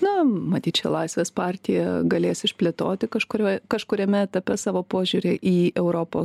na matyt čia laisvės partija galės išplėtoti kažkurio kažkuriame etape savo požiūrį į europos